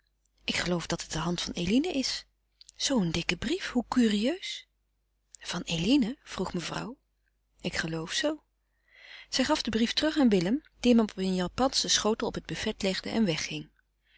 ik geloof dat het de hand van eline is zoo een dikke brief hoe curieus van eline vroeg mevrouw ik geloof zoo zij gaf den brief terug aan willem die hem op een japansche schotel op het buffet legde en wegging